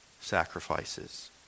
sacrifices